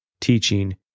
teaching